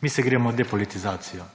Mi se gremo depolitizacijo.